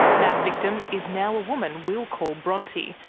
that victim is now a woman we'll call bronte,